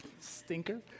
stinker